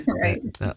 Right